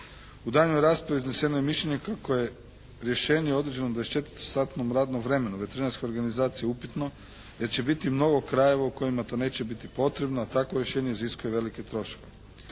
U daljnjoj raspravi izneseno je mišljenje kako je rješenje o određenom 24 satnom radnom vremenu veterinarske organizacije upitno jer će biti mnogo krajeva u kojima to neće biti potrebno, a takvo rješenje iziskuje velike troškove.